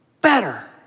better